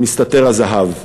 מסתתר הזהב.